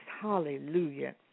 hallelujah